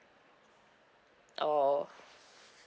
oh